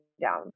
down